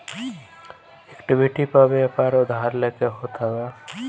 equity पअ व्यापार उधार लेके होत हवे